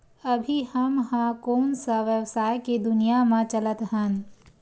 अभी हम ह कोन सा व्यवसाय के दुनिया म चलत हन?